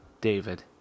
David